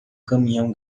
caminhão